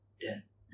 death